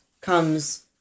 comes